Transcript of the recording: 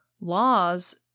laws